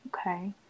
Okay